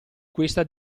questa